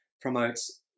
promotes